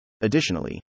Additionally